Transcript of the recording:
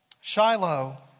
Shiloh